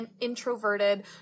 introverted